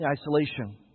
isolation